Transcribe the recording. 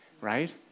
right